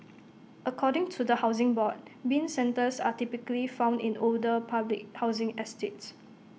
according to the Housing Board Bin centres are typically found in older public housing estates